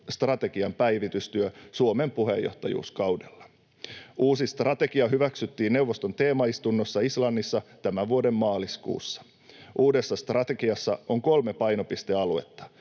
strategian päivitystyö Suomen puheenjohtajuuskaudella. Uusi strategia hyväksyttiin neuvoston teemaistunnossa Islannissa tämän vuoden maaliskuussa. Uudessa strategiassa on kolme painopistealuetta: